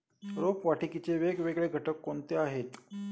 रोपवाटिकेचे वेगवेगळे घटक कोणते आहेत?